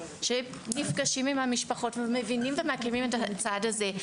שנפגשים עם המשפחות ומבינים ומכירים את הצד הזה,